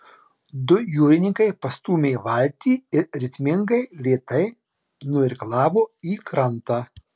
du jūrininkai pastūmė valtį ir ritmingai lėtai nuirklavo į krantą